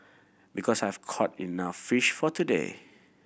because I've caught enough fish for today